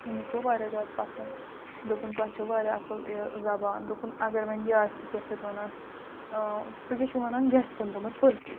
أمِس گوٚو واریاہ زیادٕ پَسَنٛد دوٚپُن تۄہہِ چھو واریاہ اَصٕل یہِ زَبان دوٚپُن اَگر وۄنۍ یہِ آسہِ کیٛاہ چھِ اَتھ وَنان تُہۍ کیٛاہ چھُو وَنان گٮ۪سٹَن دوٚپمَس پٔژھۍ